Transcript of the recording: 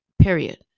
period